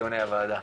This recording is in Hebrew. בדיוני הוועדה.